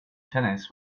tennis